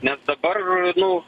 nes dabar nu